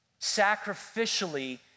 sacrificially